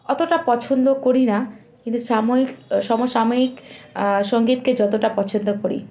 অতটা পছন্দ করি না কিন্তু সাময়িক সমসাময়িক সঙ্গীতকে যতটা পছন্দ করি